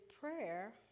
prayer